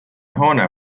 hoone